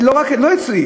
לא אצלי,